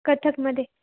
कथकमध्ये